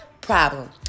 problem